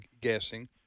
guessing